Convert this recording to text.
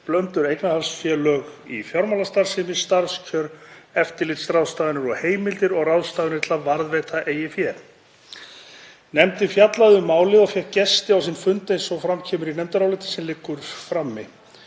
blönduð eignarhaldsfélög í fjármálastarfsemi, starfskjör, eftirlitsráðstafanir og -heimildir og ráðstafanir til að varðveita eigið fé. Nefndin fjallaði um málið og fékk gesti á sinn fund, eins og fram kemur í nefndaráliti sem liggur frammi.